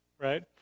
right